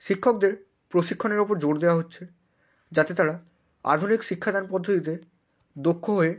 শিক্ষকদের প্রশিক্ষণের উপর জোর দেওয়া হচ্ছে যাতে তারা আধুনিক শিক্ষাদান পদ্ধতিতে দক্ষ হয়ে